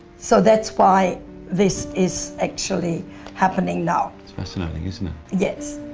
so that's why this is actually happening now. it's fascinating isn't it? yes.